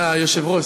היושב-ראש,